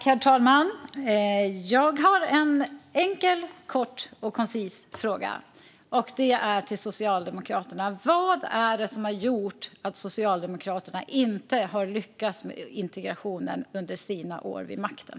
Herr talman! Jag har en enkel, kort och koncis fråga till Socialdemokraterna: Vad var det som gjorde att Socialdemokraterna inte lyckades med integrationen under sina år vid makten?